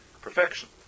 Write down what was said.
perfection